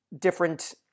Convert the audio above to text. different